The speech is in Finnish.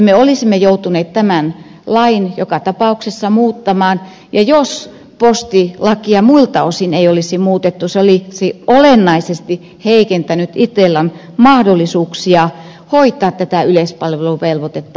me olisimme joutuneet tämän lain joka tapauksessa muuttamaan ja jos postilakia muilta osin ei olisi muutettu se olisi olennaisesti heikentänyt itellan mahdollisuuksia hoitaa tätä yleispalveluvelvoitetta